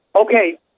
Okay